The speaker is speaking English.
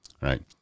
right